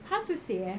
how to say eh